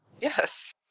Yes